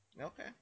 Okay